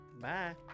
Bye